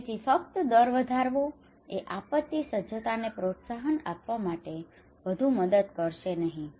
તેથી ફક્ત દર વધારવો એ આપત્તિ સજ્જતાને પ્રોત્સાહન આપવા માટે વધુ મદદ કરશે નહીં